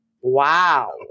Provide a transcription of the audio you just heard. Wow